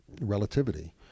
relativity